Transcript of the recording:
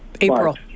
April